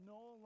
no